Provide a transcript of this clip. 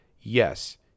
yes